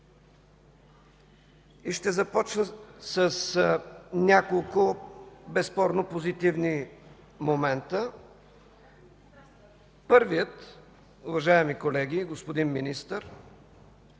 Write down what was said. и ще започна с няколко безспорно позитивни момента. Първият, уважаеми колеги, господин Министър,